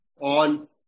on